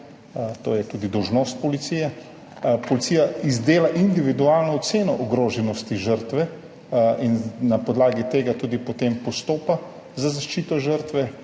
To je tudi dolžnost policije. Policija izdela individualno oceno ogroženosti žrtve in na podlagi tega potem postopa za zaščito žrtve.